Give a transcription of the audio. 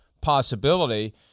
possibility